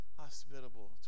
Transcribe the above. hospitable